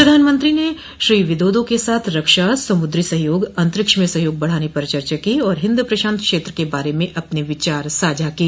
प्रधानमंत्री ने श्री विदोदो के साथ रक्षा समुद्री सहयोग और अंतरिक्ष में सहयोग बढ़ाने पर चर्चा की और हिंद प्रशांत क्षेत्र के बारे में अपने विचार साझा किए